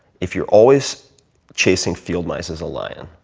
if you're always chasing field mice as a lion,